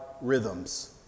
rhythms